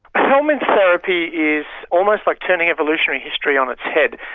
ah helminth therapy is almost like turning evolutionary history on its head.